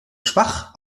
schwach